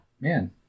Man